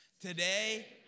Today